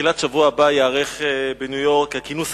בתחילת השבוע הבא ייערך בניו-יורק הכינוס